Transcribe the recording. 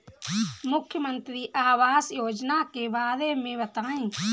मुख्यमंत्री आवास योजना के बारे में बताए?